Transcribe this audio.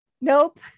Nope